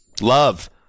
Love